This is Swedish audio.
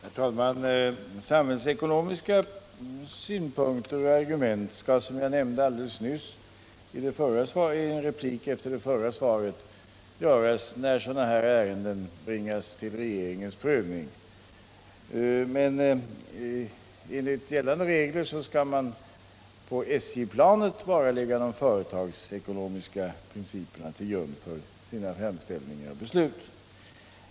Herr talman! Sam hällsekonomiska synpunkter och argument skall, som jag nämnde alldeles nyss i en replik efter det förra svaret, tas med i bilden när ett sådant här ärende bringas till regeringens prövning. Enligt gällande regler skall man på SJ-plan bara lägga företagsekonomiska prin Nr 24 ciper till grund för sina framställningar och beslut.